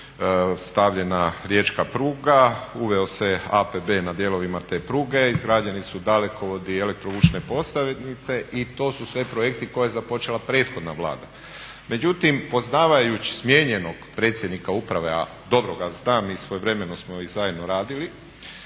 stavljena riječka pruga, uveo se APB na dijelovima te pruge, izgrađeni su dalekovodi, elektrovučne … i to su sve projekti koje je započela prethodna Vlada. Međutim, poznavajući smijenjenog predsjednika uprave, a dobro ga znam i svojevremeno smo i zajedno radili,